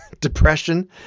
depression